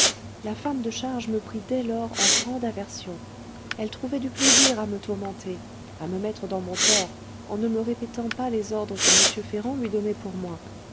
la femme de charge me prit dès lors en grande aversion elle trouvait du plaisir à me tourmenter à me mettre dans mon tort en ne me répétant pas les ordres que m ferrand lui donnait pour moi